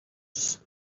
dos